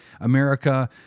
America